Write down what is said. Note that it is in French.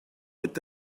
est